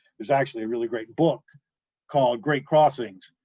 there's actually a really great book called, great crossings,